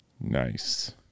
Nice